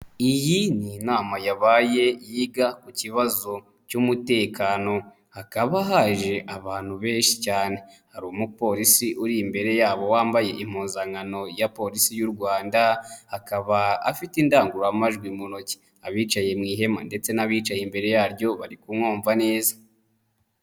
Iyi ni inama yabaye yiga ku kibazo cy'umutekano hakaba haje abantu benshi cyane, hari umupolisi uri imbere yabo wambaye impuzankano ya polisi y'u Rwanda akaba afite indangururamajwi mu ntoki, abicaye mu ihema ndetse n'abicaye imbere yaryo bari kumwumva neza.